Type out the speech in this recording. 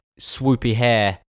swoopy-hair